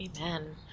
amen